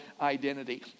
identity